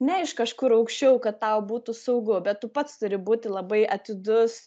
ne iš kažkur aukščiau kad tau būtų saugu bet tu pats turi būti labai atidus